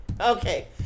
Okay